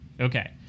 Okay